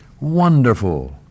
Wonderful